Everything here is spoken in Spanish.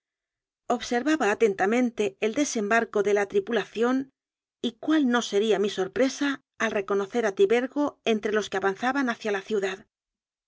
atenta mente el desembarco de la tripulación y cuál no sería mi sorpresa al reconocer a tibergo entre los que avanzaban hacia la ciudad